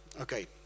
Okay